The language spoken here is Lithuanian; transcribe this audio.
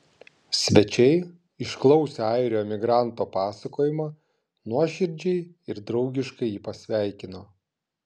svečiai išklausę airio emigranto pasakojimą nuoširdžiai ir draugiškai jį pasveikino